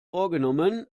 vorgenommen